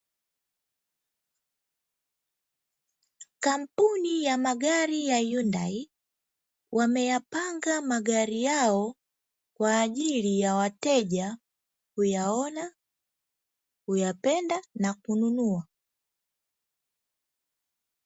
Kampuni ya magari ya Hyundai wameyapanga magari yao kwa ajili ya wateja kuyaona, kuyapenda na kununua.